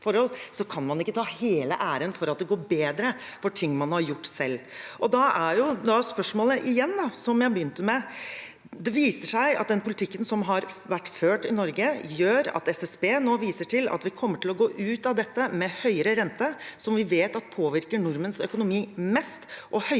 kan man ikke ta hele æren for at det går bedre når det gjelder ting man har gjort selv. Som jeg begynte med: Det viser seg at den politikken som har vært ført i Norge, gjør at SSB nå viser til at vi kommer til å gå ut av dette med høyere rente, som vi vet påvirker nordmenns økonomi mest, og høyere